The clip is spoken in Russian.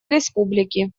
республики